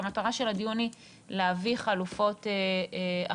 והמטרה של הדיון היא להביא חלופות אחרות